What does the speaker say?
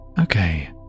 Okay